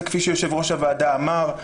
זה כפי שיושב-ראש הוועדה אמר.